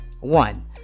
One